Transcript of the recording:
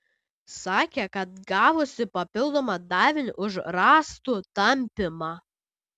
sakė kad gavusi papildomą davinį už rąstų tampymą